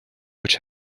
which